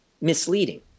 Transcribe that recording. misleading